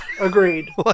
Agreed